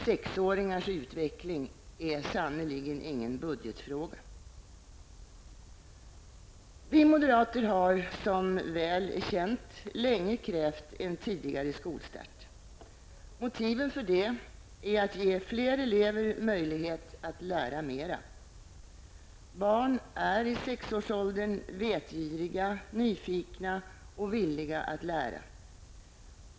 Sexåringars utveckling är sannerligen ingen budgetfråga. Vi moderater har som är väl känt länge krävt en tidigare skolstart. Motiven för det är att ge fler elever möjlighet att lära mera. Barn är i sexårsåldern vetgiriga, nyfikna och villiga att lära.